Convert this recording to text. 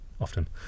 often